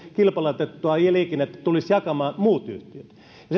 kilpailutettua liikennettä tulisivat jakamaan muut yhtiöt ja